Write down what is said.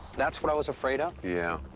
that's what i was afraid of. yeah.